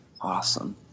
Awesome